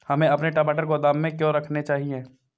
हमें अपने टमाटर गोदाम में क्यों रखने चाहिए?